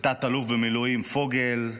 ותת-אלוף במילואים פוגל.